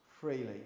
freely